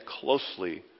closely